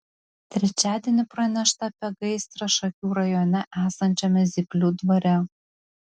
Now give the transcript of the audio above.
trečiadienį pranešta apie gaisrą šakių rajone esančiame zyplių dvare